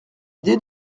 idée